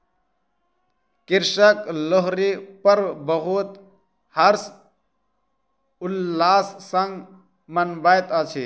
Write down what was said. कृषक लोहरी पर्व बहुत हर्ष उल्लास संग मनबैत अछि